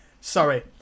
Sorry